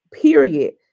period